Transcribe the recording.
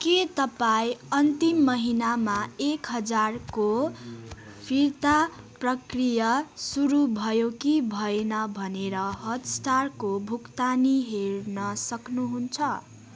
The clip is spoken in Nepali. के तपाईँ अन्तिम महिनामा एक हजारको फिर्ता प्रक्रिया सुरु भयो कि भएन भनेर हटस्टारको भुक्तानी हेर्न सक्नुहुन्छ